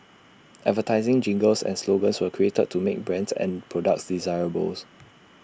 advertising jingles and slogans were created to make brands and products desirables